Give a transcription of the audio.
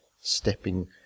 stepping